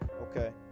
Okay